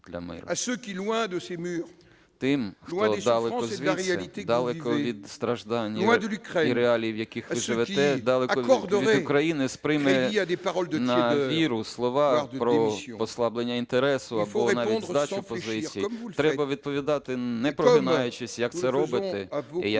Ті, хто далеко звідси, далеко від страждань і реалій, в яких ви живете, далеко від України, сприйме на віру слова про послаблення інтересу або навіть здачу позицій. Треба відповідати, не прогинаючись, як це робите і як це робимо